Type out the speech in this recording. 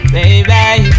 Baby